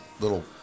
little